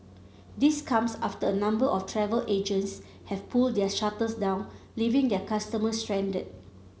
this comes after a number of travel agents have pulled their shutters down leaving their customers stranded